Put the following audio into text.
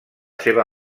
seva